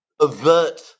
avert